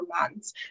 months